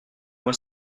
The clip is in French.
moi